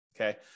Okay